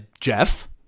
Jeff